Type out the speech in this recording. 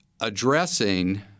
addressing